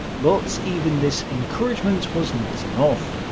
but even this encouragement was not enough.